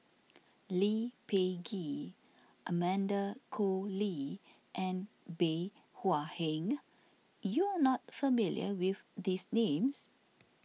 Lee Peh Gee Amanda Koe Lee and Bey Hua Heng you are not familiar with these names